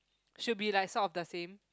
should be like sort of the same